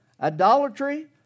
idolatry